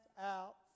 out